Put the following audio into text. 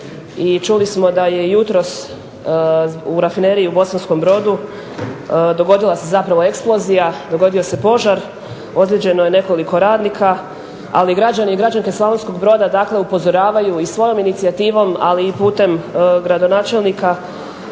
čuli smo da je jutros u rafineriji u Bosanskom Brodu dogodila se zapravo eksplozija, dogodio se požar, ozlijeđeno je nekoliko radnika, ali građani i građanke Slavonskog Broda dakle upozoravaju i svojom inicijativom, ali i putem gradonačelnika